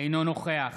אינו נוכח